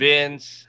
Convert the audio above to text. Vince